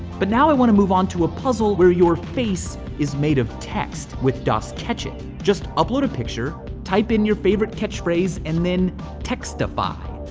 but now i want to move on to a puzzle where your face is made of text with dosketchit. just upload a picture. type in your favorite catchphrase and then textify.